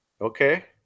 Okay